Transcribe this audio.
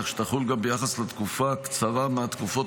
כך שתחול גם ביחס לתקופה הקצרה מהתקופות